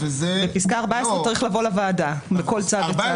פסקה 14 צריך לבוא לוועדה לכל צו וצו.